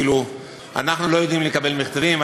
כאילו אנחנו לא יודעים לקבל מכתבים,